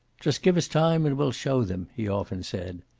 just give us time, and we'll show them, he often said.